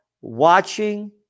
watching